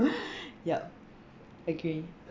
ya agree